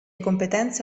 competenze